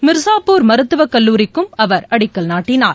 மிர்சாப்பூர் மருத்துவக்கல்லூரிக்கும் அவர் அடிக்கல் நாட்டினார்